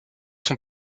son